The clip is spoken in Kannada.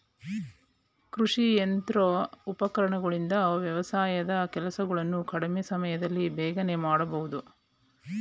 ಕೃಷಿ ಯಂತ್ರೋಪಕರಣಗಳಿಂದ ವ್ಯವಸಾಯದ ಕೆಲಸಗಳನ್ನು ಕಡಿಮೆ ಸಮಯದಲ್ಲಿ ಬೇಗನೆ ಮಾಡಬೋದು